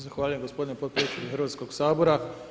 Zahvaljujem gospodine potpredsjedniče Hrvatskog sabora.